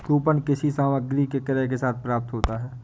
coupon किसी सामग्री के क्रय के साथ प्राप्त होता है